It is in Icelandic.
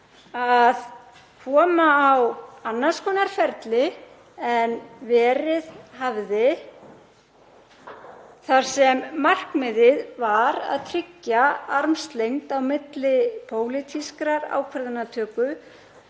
að koma á annars konar ferli en verið hafði þar sem markmiðið var að tryggja armslengd á milli pólitískrar ákvarðanatöku